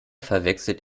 verwechselt